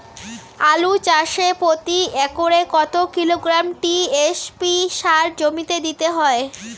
আলু চাষে প্রতি একরে কত কিলোগ্রাম টি.এস.পি সার জমিতে দিতে হয়?